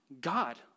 God